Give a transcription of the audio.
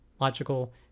logical